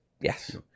Yes